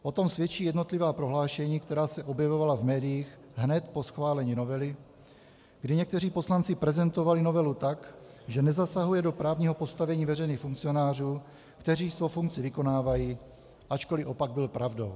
O tom svědčí jednotlivá prohlášení, která se objevovala v médiích hned po schválení novely, kdy někteří poslanci prezentovali novelu tak, že nezasahuje do právního postavení veřejných funkcionářů, kteří svou funkci vykonávají, ačkoliv opak byl pravdou.